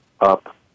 up